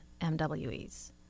MWEs